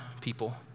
people